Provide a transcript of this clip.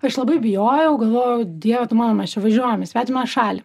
aš labai bijojau galvojau dieve tu mano mes čia važiuojam į svetimą šalį